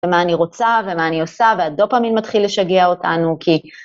ומה אני רוצה ומה אני עושה והדופמין מתחיל לשגע אותנו כי...